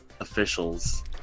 officials